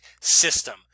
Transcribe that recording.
system